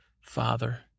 Father